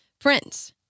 Prince